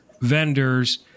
vendors